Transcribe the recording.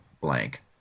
blank